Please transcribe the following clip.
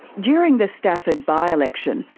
during the stafford by-election,